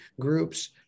groups